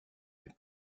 mais